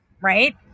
right